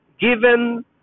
given